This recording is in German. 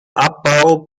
abbau